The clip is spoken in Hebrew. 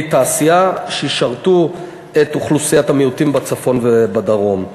תעשייה שישרתו את אוכלוסיית המיעוטים בצפון ובדרום.